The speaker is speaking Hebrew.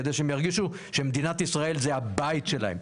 כדי שהם ירגישו שמדינת ישראל זה הבית שלם.